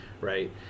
Right